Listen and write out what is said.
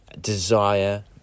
desire